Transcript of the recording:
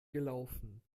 gelaufen